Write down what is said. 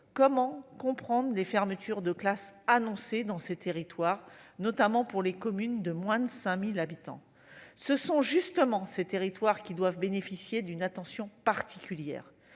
comment comprendre les fermetures de classes annoncées dans ces territoires, notamment pour les communes de moins de 5 000 habitants ? Ce sont justement ces territoires qui doivent bénéficier d'une attention particulière.